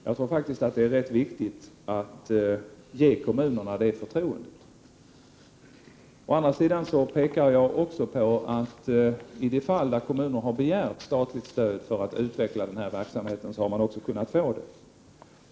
Jag tror faktiskt att det är viktigt att ge kommunerna det förtroendet. Jag pekade också på att i de fall kommunerna har begärt statligt stöd för att utveckla denna typ av verksamhet, har de också fått stödet.